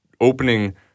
opening